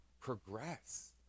progress